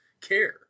care